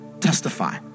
Testify